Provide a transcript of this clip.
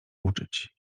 uczyć